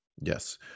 Yes